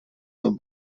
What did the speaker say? zur